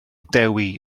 dewi